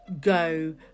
go